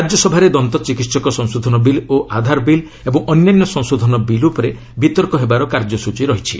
ରାଜ୍ୟସଭାରେ ଦନ୍ତ ଚିକିତ୍ସକ ସଂଶୋଧନ ବିଲ୍ ଓ ଆଧାର ବିଲ୍ ଏବଂ ଅନ୍ୟାନ୍ୟ ସଂଶୋଧନ ବିଲ୍ ଉପରେ ବିତର୍କ ହେବାର କାର୍ଯ୍ୟସ୍ଚୀ ରହିଛି